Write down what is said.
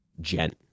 gent